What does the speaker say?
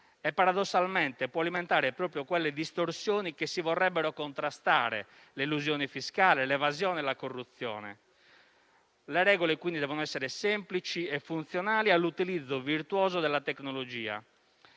e paradossalmente può alimentare proprio quelle distorsioni che si vorrebbero contrastare: l'elusione fiscale, l'evasione e la corruzione. Le regole, quindi, devono essere semplici e funzionali all'utilizzo virtuoso della tecnologia.